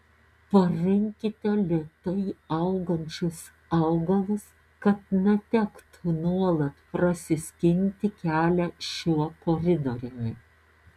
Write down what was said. parinkite lėtai augančius augalus kad netektų nuolat prasiskinti kelią šiuo koridoriumi